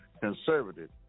conservative